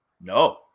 No